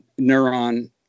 neuron